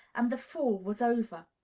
and the fall was over.